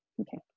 okay